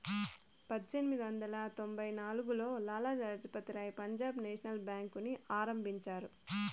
పజ్జేనిమిది వందల తొంభై నాల్గులో లాల లజపతి రాయ్ పంజాబ్ నేషనల్ బేంకుని ఆరంభించారు